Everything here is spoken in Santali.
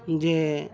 ᱡᱮ